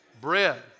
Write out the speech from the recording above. Bread